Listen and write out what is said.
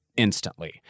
Instantly